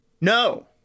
No